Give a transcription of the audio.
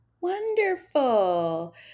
Wonderful